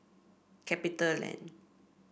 Capitaland